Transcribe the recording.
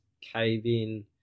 cave-in